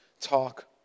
talk